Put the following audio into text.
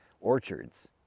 orchards